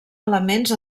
elements